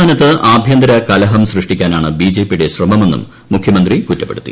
സംസ്ഥാനത്ത് ആഭ്യന്തര കലഹം സൃഷ്ടിക്കാനാണ് ബിജെപി യുടെ ശ്രമമെന്നും മുഖ്യമന്ത്രി കുറ്റപ്പെടുത്തി